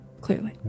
clearly